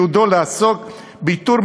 ייעודו לעסוק באיתור,